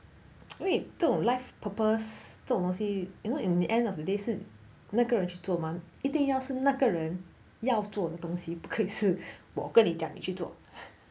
因为这种 life purpose 这种东西 you know in the end of the day 是那个人去做吗一定要是那个人要做的东西不可以是我跟你讲你去做